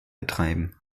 betreiben